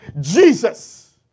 Jesus